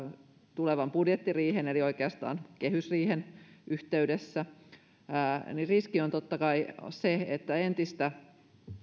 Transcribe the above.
tulevan budjettiriihen eli oikeastaan kehysriihen yhteydessä riski on totta kai se että entistä